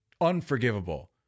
unforgivable